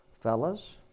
fellas